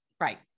Right